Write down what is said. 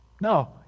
No